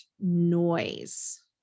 noise